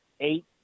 eight